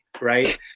Right